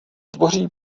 tvoří